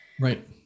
Right